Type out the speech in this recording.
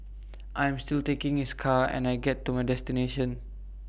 I am still taking his car and I get to my destination